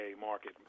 market